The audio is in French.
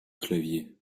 clavier